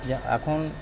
যা এখন